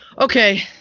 Okay